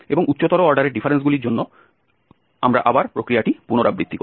এবং উচ্চতর অর্ডারের ডিফারেন্সগুলির জন্য আবার আমরা প্রক্রিয়াটি পুনরাবৃত্তি করব